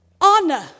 honor